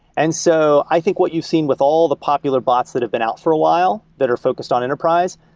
and so i think what you've seen with all the popular bots that have been out for a while that are focused on enterprise,